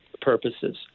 purposes